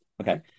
Okay